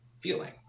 feeling